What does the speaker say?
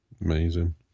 Amazing